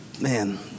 man